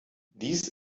dies